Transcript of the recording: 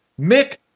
Mick